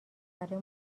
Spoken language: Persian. برای